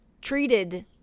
treated